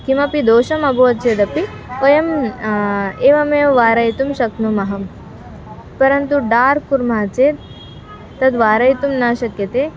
कोऽपि दोषः अभवत् चेदपि वयम् एवमेव वारयितुं शक्नुमः परन्तु डार्क् कुर्मः चेत् तद्वारयितुं न शक्यते